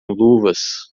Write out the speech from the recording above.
luvas